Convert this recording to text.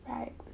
right